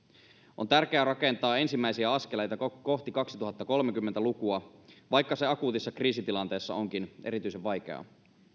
on tärkeää rakentaa ensimmäisiä askeleita kohti kaksituhattakolmekymmentä lukua vaikka se akuutissa kriisitilanteessa onkin erityisen vaikeaa